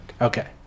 Okay